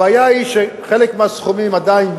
הבעיה היא שאת חלק מהסכומים עדיין,